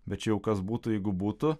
bet čia jau kas būtų jeigu būtų